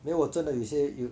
没有我真的有些有